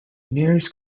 nearest